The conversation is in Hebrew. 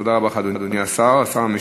תודה רבה לך, אדוני, השר המשיב.